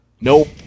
Nope